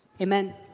amen